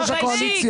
תתביישי.